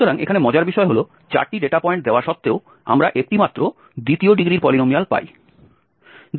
সুতরাং এখানে মজার বিষয় হল 4টি ডেটা পয়েন্ট দেওয়া সত্ত্বেও আমরা একটি মাত্র দ্বিতীয় ডিগ্রির পলিনোমিয়াল পাই